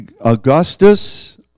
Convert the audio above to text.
Augustus